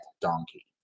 donkey